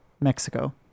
Mexico